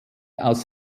aus